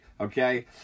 okay